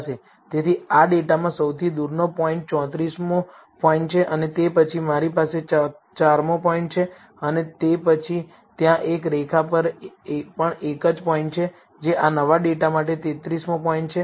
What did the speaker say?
તેથી આ ડેટામાં સૌથી દૂરનો પોઇન્ટ 34 મો પોઇન્ટ છે અને તે પછી મારી પાસે 4 મો પોઇન્ટ છે અને તે પછી ત્યાં એક રેખા પર પણ એક પોઇન્ટ છે જે આ નવા ડેટા માટે 33 મો પોઇન્ટ છે